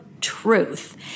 Truth